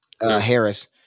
Harris